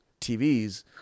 TVs